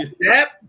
step